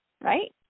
right